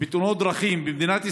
בתאונות דרכים במדינת ישראל,